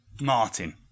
Martin